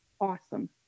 awesome